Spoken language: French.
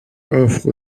offre